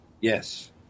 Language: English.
Yes